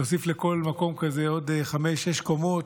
להוסיף לכל מקום כזה עוד חמש-שש קומות,